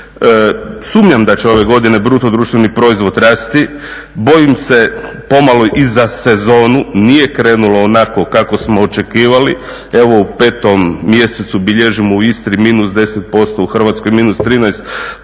Sumnjam da će ove godine bruto društveni proizvod rasti. Bojim se pomalo i za sezonu, nije krenulo onako kako smo očekivali. Evo u petom mjesecu bilježimo u Istri -10%, u Hrvatskoj -13%